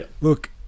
Look